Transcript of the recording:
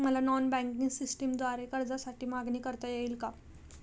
मला non banking सिस्टमद्वारे कर्जासाठी मागणी करता येईल का?